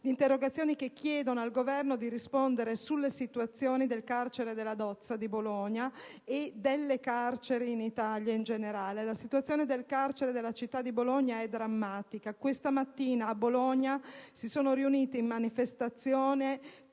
interrogazioni che chiedono al Governo di rispondere sulla situazione del carcere Dozza di Bologna e delle carceri in Italia in generale. La situazione del carcere della città di Bologna è drammatica. Questa mattina, a Bologna, si sono riuniti in manifestazione